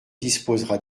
disposera